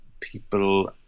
people